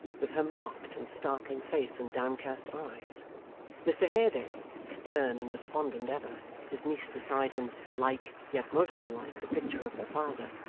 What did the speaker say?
with her marked and startling face and downcast eyes mr haredale stern and despondent ever his niece beside him, like, yet most unlike, the picture of her father,